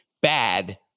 bad